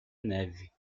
neve